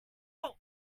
out